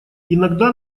иногда